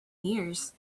years